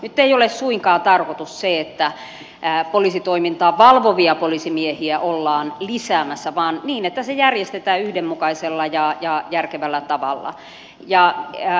nyt ei ole suinkaan tarkoitus se että poliisitoimintaa valvovia poliisimiehiä ollaan lisäämässä vaan se että se järjestetään yhdenmukaisella ja järkevällä tavalla